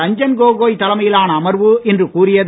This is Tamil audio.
ரஞ்சன்கோகோய் தலைமையிலான அமர்வு இன்று கூறியது